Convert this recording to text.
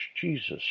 Jesus